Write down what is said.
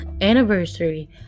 anniversary